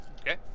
Okay